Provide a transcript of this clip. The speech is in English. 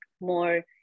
more